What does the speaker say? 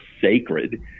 sacred